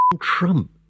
Trump